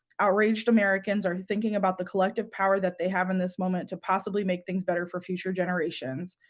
outraged americans are thinking about the collective power that they have in this moment to possibly make things better for future generations.